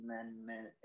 Amendment